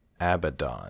Abaddon